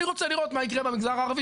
אני רוצה לראות מה יקרה במגזר הערבי